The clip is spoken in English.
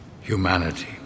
humanity